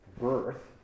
birth